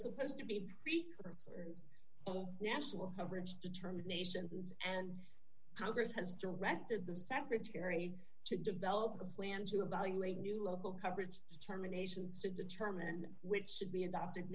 supposed to be preclearance a national coverage determinations and congress has directed the secretary to develop a plan to evaluate new level coverage determinations to determine which should be adopted